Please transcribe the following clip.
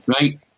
right